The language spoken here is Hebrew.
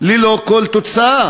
ללא כל תוצאה.